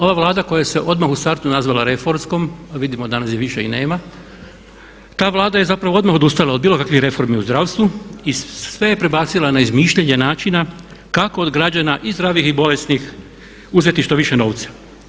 Ova Vlada koja se odmah u startu nazvala reformskom a vidimo danas je više i nema, ta Vlada je zapravo odmah odustala od bilo kakvih reformi u zdravstvu i sve je prebacila na izmišljanje način kako od građana i zdravih i bolesnih uzeti što više novca.